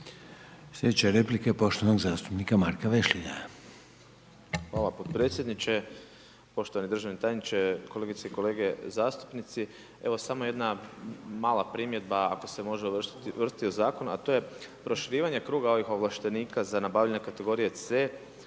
Sljedeća replika je poštovanog zastupnika Marka Vešligaja. **Vešligaj, Marko (SDP)** Hvala potpredsjedniče. Poštovani državni tajniče, kolegice i kolege zastupnici. Evo samo jedna mala primjedba ako se može uvrstiti u zakon, a to je proširivanje kruga ovih ovlaštenika za nabavljanje kategorije C,